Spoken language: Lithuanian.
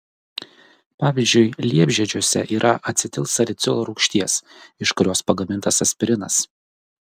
pavyzdžiui liepžiedžiuose yra acetilsalicilo rūgšties iš kurios pagamintas aspirinas